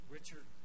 Richard